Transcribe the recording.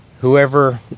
whoever